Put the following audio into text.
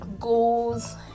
goals